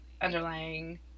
underlying